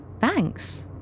Thanks